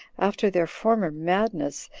after their former madness,